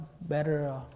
better